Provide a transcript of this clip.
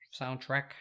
soundtrack